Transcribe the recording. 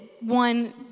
one